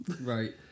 Right